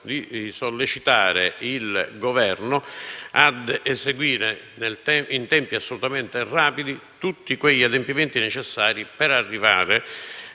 che sollecitare il Governo ad eseguire in tempi assolutamente rapidi tutti gli adempimenti necessari per arrivare